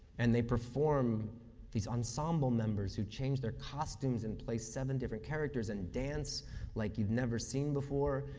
and they perform these ensemble members who change their costumes and play seven different characters and dance like you've never seen before,